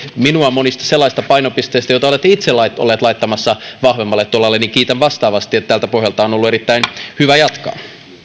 minua monista sellaisista painopisteistä joita olette itse olleet laittamassa vahvemmalle tolalle niin kiitän vastaavasti että tältä pohjalta on ollut erittäin hyvä jatkaa